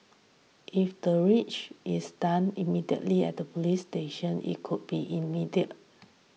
if the triage is done immediately at the police station it could be immediate